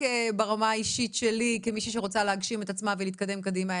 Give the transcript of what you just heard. ברמה האישית שלי כמישהי שרוצה להגשים את עצמה ולהתקדם קדימה,